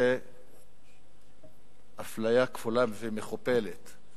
זו אפליה כפולה ומכופלת.